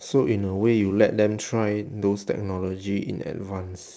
so in a way you let them try those technology in advance